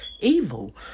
evil